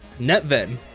Netven